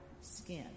skin